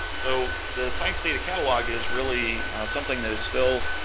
so, the science data catalog is really something that is still